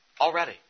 Already